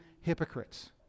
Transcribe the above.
hypocrites